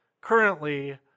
currently